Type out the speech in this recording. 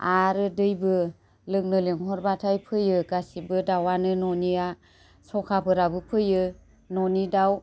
आरो दैबो लोंनो लेंहरबाथाय फैयो गासिबो दाउआनो न'निया सखाफोराबो फैयो न'नि दाउ